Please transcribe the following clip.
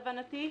להבנתי,